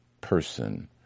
person